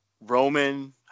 Roman